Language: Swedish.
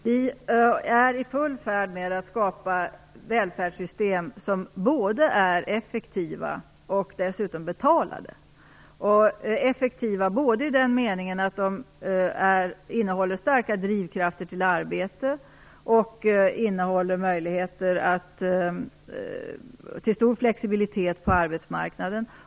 Herr talman! Vi är i full färd med att skapa välfärdssystem som är effektiva och dessutom betalade. De är effektiva i den meningen att de både innehåller starka drivkrafter till arbete och möjligheter till stor flexibilitet på arbetsmarknaden.